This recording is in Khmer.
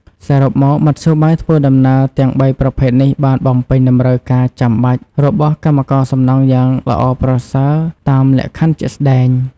សរុបមក មធ្យោបាយធ្វើដំណើរទាំងបីប្រភេទនេះបានបំពេញតម្រូវការចាំបាច់របស់កម្មករសំណង់យ៉ាងល្អប្រសើរតាមលក្ខខណ្ឌជាក់ស្តែង។